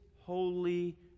holy